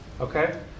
okay